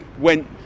went